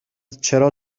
چرا